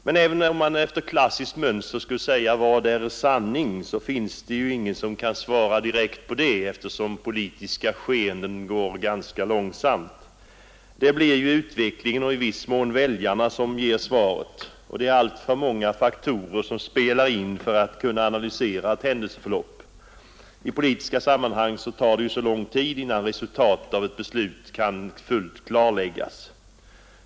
Men även om man efter klassiskt mönster skulle fråga vad som är sanning så finns det ingen som kan svara direkt på detta eftersom politiska skeenden går ganska långsamt. Det blir utvecklingen och i viss mån väljarna som ger svaret. Alltför många faktorer spelar in för att man skall kunna analysera ett händelseförlopp. I politiska sammanhang tar det också lång tid innan resultatet av ett beslut kan klarläggas.